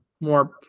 more